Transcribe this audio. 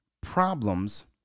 Problems